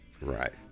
Right